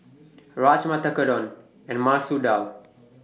Rajma Tekkadon and Masoor Dal